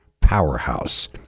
Powerhouse